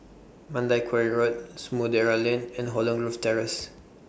Mandai Quarry Road Samudera Lane and Holland Grove Terrace